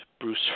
Bruce